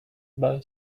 boy